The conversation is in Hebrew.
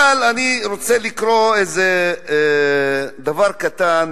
אבל אני רוצה לקרוא איזה דבר קטן,